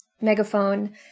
megaphone